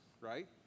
right